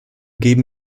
geben